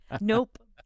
Nope